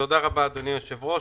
תודה רבה, אדוני היושב-ראש.